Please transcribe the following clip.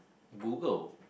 Google